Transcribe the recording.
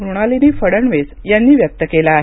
मृणालिनी फडणवीस यांनी व्यक्त केला आहे